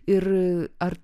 ir ar